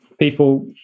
people